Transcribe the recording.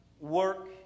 work